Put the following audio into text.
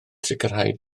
sicrhau